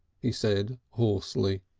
he said hoarsely.